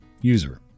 User